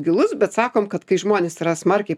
gilus bet sakom kad kai žmonės yra smarkiai